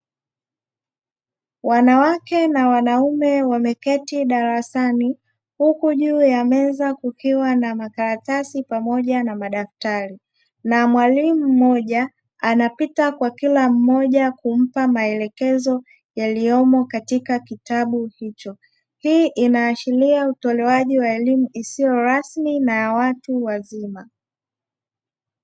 Wanawake na wanaume wamekaa darasani, huku juu ya meza kukiwa na makaratasi pamoja na madaftari. Na mwalimu mmoja anapita kwa kila mmoja kumpa maelekezo yaliyomo katika kitabu hicho. Hii inaashiria utoaji wa elimu isiyo rasmi kwa watu wazima.